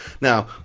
Now